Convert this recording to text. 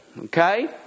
Okay